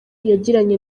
yagiranye